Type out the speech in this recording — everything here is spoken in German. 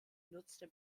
nutzte